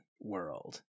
world